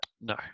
no